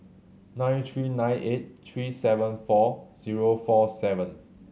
nine three nine eight three seven four zero four seven